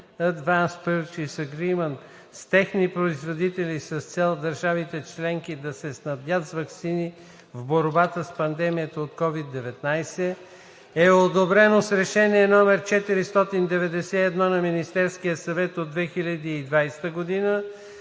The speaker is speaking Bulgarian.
(„Advance Purchase Agreement“) с техни производители с цел държавите членки да се снабдят с ваксини в борбата с пандемията от COVID–19, e одобрено с Решение № 491 на Министерския съвет от 2020 г. и